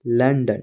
London